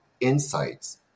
insights